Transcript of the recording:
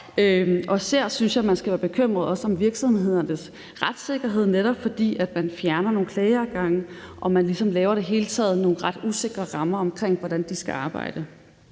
Især synes jeg også man skal være bekymret om virksomhedernes retssikkerhed, netop fordi man fjerner nogle klageadgange og man i det hele taget laver nogle ret usikre rammer om, hvordan skal arbejde.